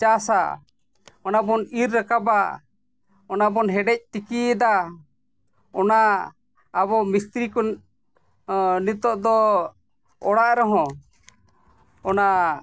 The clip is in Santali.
ᱪᱟᱥᱟ ᱚᱱᱟ ᱵᱚᱱ ᱤᱨ ᱨᱟᱠᱟᱵᱟ ᱚᱱᱟ ᱵᱚᱱ ᱦᱮᱰᱮᱡ ᱛᱤᱠᱤᱭᱮᱫᱟ ᱚᱱᱟ ᱟᱵᱚ ᱢᱤᱥᱛᱨᱤ ᱠᱚᱱ ᱱᱤᱛᱚᱜ ᱫᱚ ᱚᱲᱟᱜ ᱨᱮᱦᱚᱸ ᱚᱱᱟ